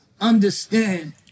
understand